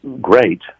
great